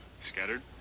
Scattered